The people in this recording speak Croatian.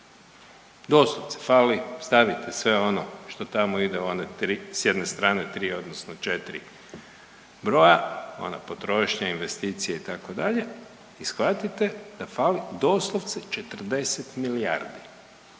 Doslovce fali, stavite sve ono što tamo ide u one tri, s jedne strane tri odnosno četiri broja, ona potrošnja, investicije itd. i shvatite da fali doslovce 40 milijardi.